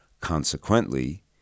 Consequently